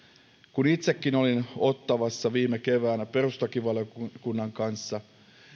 kun itsekin olin ottawassa viime keväänä perustuslakivaliokunnan kanssa